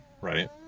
right